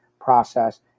process